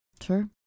sure